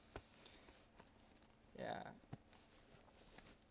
ya